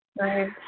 Right